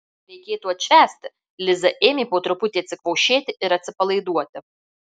reikėtų atšvęsti liza ėmė po truputį atsikvošėti ir atsipalaiduoti